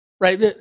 right